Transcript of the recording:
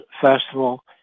festival